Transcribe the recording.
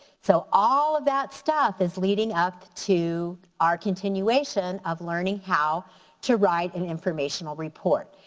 so all of that stuff is leading up to our continuation of learning how to write and informational report.